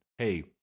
hey